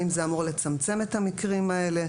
האם זה אמור לצמצם את המקרים האלה?